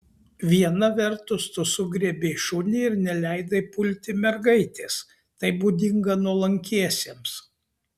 viena vertus tu sugriebei šunį ir neleidai pulti mergaitės tai būdinga nuolankiesiems